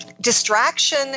distraction